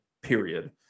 period